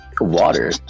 Water